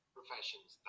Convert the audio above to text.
professions